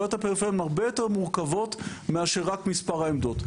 בעיות הפריפריה הן הרבה יותר מורכבות מאשר רק מספר העמדות,